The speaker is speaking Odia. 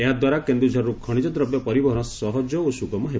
ଏହାଦ୍ୱାରା କେନ୍ଦୁଝରରୁ ଖଶିଜ ଦ୍ରବ୍ୟ ପରିବହନ ସହଜ ଓ ସୁଗମ ହେବ